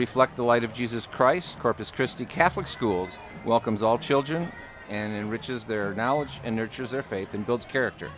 reflect the light of jesus christ corpus christi catholic schools welcomes all children and riches their knowledge and nurtures their faith and builds character